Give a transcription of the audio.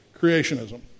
creationism